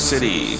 City